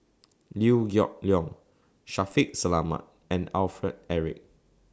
Liew Geok Leong Shaffiq Selamat and Alfred Eric